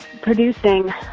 producing